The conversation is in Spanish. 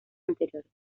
anteriores